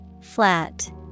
Flat